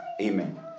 Amen